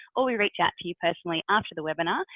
or we reach out to you personally after the webinar.